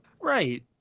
Right